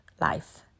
life